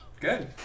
Good